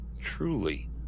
truly